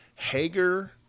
Hager